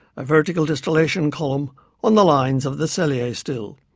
a vertical distillation column on the lines of the cellier still.